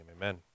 amen